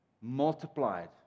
multiplied